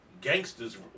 gangsters